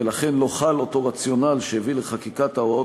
ולכן לא חל אותו רציונל שהביא לחקיקת ההוראות